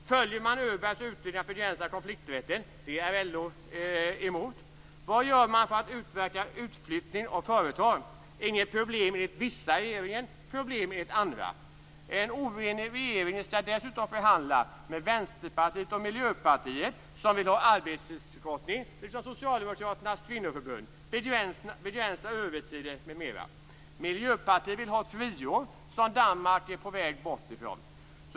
Följer man Öbergs utredning om att begränsa konflikträtten? Det är LO emot. Enligt vissa i regeringen är det inget problem. Enligt andra är det ett problem. En oenig regering skall dessutom förhandla med Vänsterpartiet och Miljöpartiet, som vill ha arbetstidsförkortning liksom socialdemokraternas kvinnoförbund. Det handlar om att begränsa övertiden m.m. Miljöpartiet vill ha ett friår, som Danmark är på väg bort ifrån.